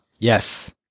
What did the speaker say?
Yes